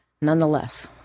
Nonetheless